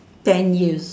ten years